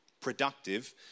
productive